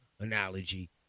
analogy